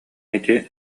ити